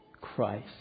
Christ